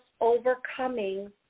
overcoming